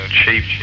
cheap